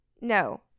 No